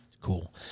cool